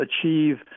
achieve